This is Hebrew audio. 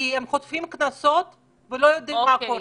שחוטפים קנסות ולא יודעים מה קורה.